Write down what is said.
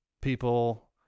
people